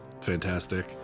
fantastic